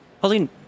Pauline